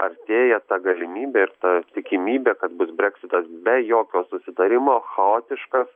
artėja ta galimybė ir ta tikimybė kad bus breksitas be jokio susitarimo chaotiškas